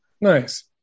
nice